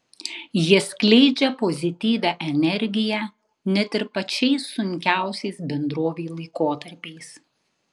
jie skleidžia pozityvią energiją net ir pačiais sunkiausiais bendrovei laikotarpiais